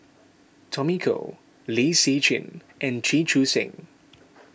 Tommy Koh Lin Hsin Chee and Chee Chu Seng